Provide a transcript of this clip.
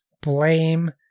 blame